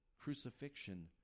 crucifixion